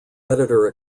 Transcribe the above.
editor